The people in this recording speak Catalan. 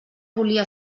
volia